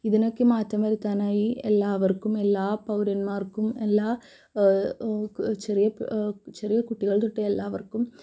ഇതിനൊക്കെ മാറ്റം വരുത്താനായി എല്ലാവർക്കും എല്ലാ പൗരൻമാർക്കും എല്ലാ ചെറിയ ചെറിയ കുട്ടികൾ തൊട്ട് എല്ലാവർക്കും